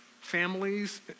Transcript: families